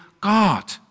God